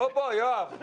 בוא, בוא, יואב.